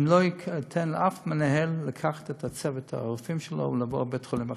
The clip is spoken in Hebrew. אני לא אתן לאף מנהל לקחת את צוות הרופאים שלו ולעבור לבית-חולים אחר.